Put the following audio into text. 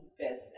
business